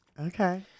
Okay